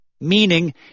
Meaning